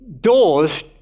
doors